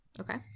Okay